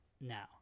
now